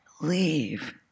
leave